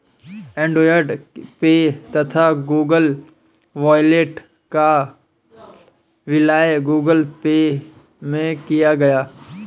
Android Pay तथा Google Wallet का विलय गूगल पे में किया गया